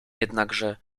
jednakże